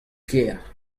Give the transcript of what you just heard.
kaer